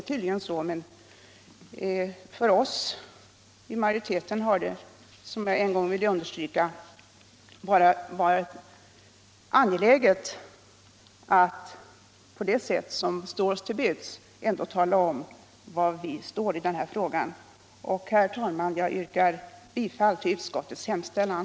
För oss i majoriteten har det varit angeläget att på det sätt som står oss till buds ändå tala om var vi står i denna fråga. Herr talman! Jag yrkar bifall till utskottets hemställan.